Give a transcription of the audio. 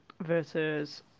versus